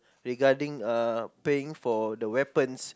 regarding uh paying for the weapons